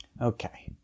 Okay